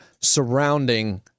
surrounding